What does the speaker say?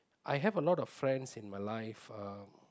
I have a lot of friends in my life uh